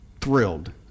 thrilled